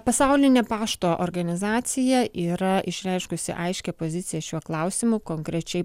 pasaulinė pašto organizacija yra išreiškusi aiškią poziciją šiuo klausimu konkrečiai